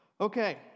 Okay